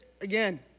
again